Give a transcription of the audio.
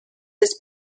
his